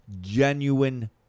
genuine